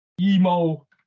emo